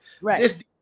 right